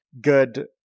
good